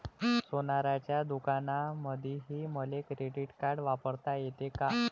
सोनाराच्या दुकानामंधीही मले क्रेडिट कार्ड वापरता येते का?